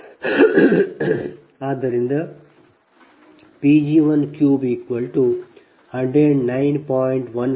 ಆದ್ದರಿಂದ Pg1109